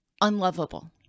unlovable